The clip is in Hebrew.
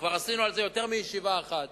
וכבר עשינו על זה יותר מישיבה אחת,